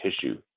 tissue